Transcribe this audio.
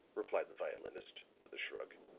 replied the violinist, with a shrug.